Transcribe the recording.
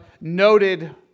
noted